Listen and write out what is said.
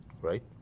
Right